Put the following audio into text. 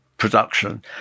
Production